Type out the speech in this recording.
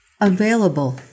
available